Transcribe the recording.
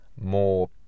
more